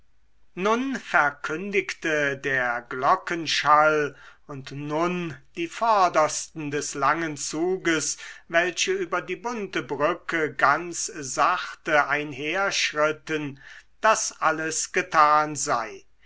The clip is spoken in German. nun verkündigte der glockenschall und nun die vordersten des langen zuges welche über die bunte brücke ganz sachte einherschritten daß alles getan sei